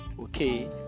okay